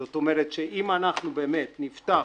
זאת אומרת, אם אנחנו באמת נפתח